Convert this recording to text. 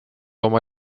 oma